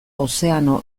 ozeano